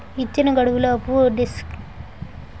ఇచ్చిన గడువులోపు డిస్బర్స్మెంట్ జరగకపోతే ఎవరిని సంప్రదించాలి?